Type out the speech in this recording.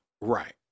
Right